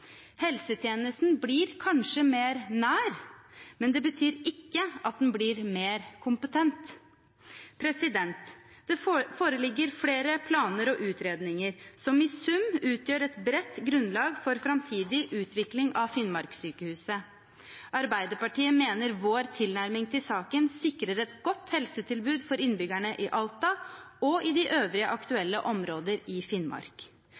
Helsetjenesten blir kanskje mer nær, men det betyr ikke at den blir mer kompetent. Det foreligger flere planer og utredninger som i sum utgjør et bredt grunnlag for framtidig utvikling av Finnmarkssykehuset. Arbeiderpartiet mener vår tilnærming til saken sikrer et godt helsetilbud for innbyggerne i Alta og i de øvrige aktuelle områder i Finnmark.